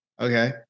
Okay